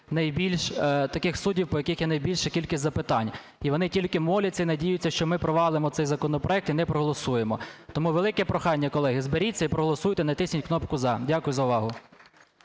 таких суддів, по яких є найбільша кількість запитань, і вони тільки моляться і надіються, що ми провалимо цей законопроект і не проголосуємо. Тому велике прохання, колеги, зберіться і проголосуйте, натисніть кнопку "за". Дякую за увагу.